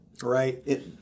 Right